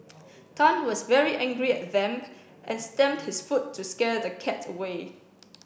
Tan was very angry at Vamp and stamped his foot to scare the cat away